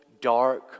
dark